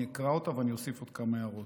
אני אקרא אותו, ואני אוסיף עוד כמה הערות,